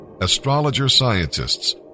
astrologer-scientists